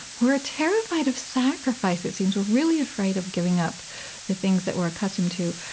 we're terrified of sacrifice, it seems. we're really afraid of giving up the things that we're accustomed to.